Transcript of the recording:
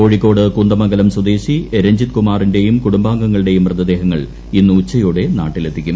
കോഴിക്കോട് കുന്ദമംഗലം സ്വദേശി രഞ്ജിത്ത്കുമാറിന്റെയും കുടുംബാംഗങ്ങളുടെയും മൃതദേഹങ്ങൾ ഇന്ന് ഉച്ചയോടെ നാട്ടിൽ എത്തിക്കും